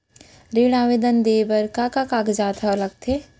ऋण आवेदन दे बर का का कागजात ह लगथे?